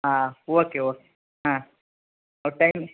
ಹಾಂ okay okay ಹಾಂ ಒ ಟೈಮ್